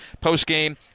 post-game